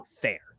fair